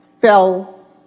fell